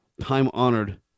time-honored